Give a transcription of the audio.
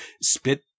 spit